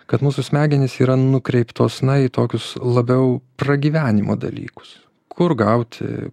kad mūsų smegenys yra nukreiptos na į tokius labiau pragyvenimo dalykus kur gauti